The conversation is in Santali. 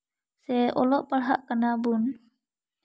ᱥᱮ ᱚᱞᱚᱜ ᱯᱟᱲᱦᱟᱜ ᱠᱟᱱᱟᱵᱚᱱ